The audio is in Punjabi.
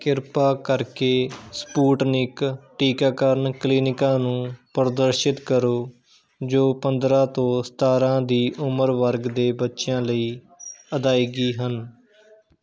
ਕਿਰਪਾ ਕਰਕੇ ਸਪੁਟਨਿਕ ਟੀਕਾਕਰਨ ਕਲੀਨਿਕਾਂ ਨੂੰ ਪ੍ਰਦਰਸ਼ਿਤ ਕਰੋ ਜੋ ਪੰਦਰਾਂ ਤੋਂ ਸਤਾਰ੍ਹਾਂ ਦੀ ਉਮਰ ਵਰਗ ਦੇ ਬੱਚਿਆਂ ਲਈ ਅਦਾਇਗੀ ਹਨ